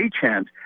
chance